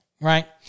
right